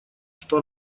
что